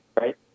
right